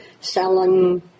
selling